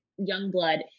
Youngblood